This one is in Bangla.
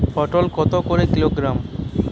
পটল কত করে কিলোগ্রাম?